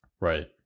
right